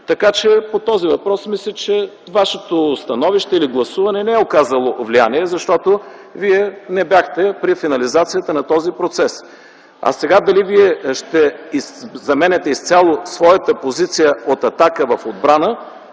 По този въпрос мисля, че вашето становище или гласуване не е оказало влияние, защото вие не бяхте при финализацията на този процес. А сега дали вие заменяте своята позиция изцяло от атака в отбрана